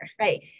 right